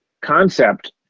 concept